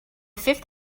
fifth